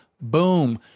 Boom